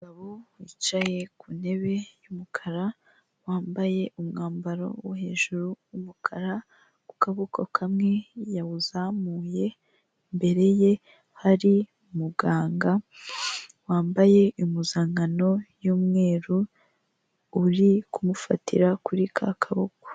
Umugabo wicaye ku ntebe y'umukara, wambaye umwambaro wo hejuru w'umukara, ku kaboko kamwe yawuzamuye, imbere ye hari umuganga wambaye impuzankano y'umweru uri kumufatira kuri ka kaboko.